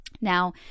now